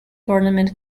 tournament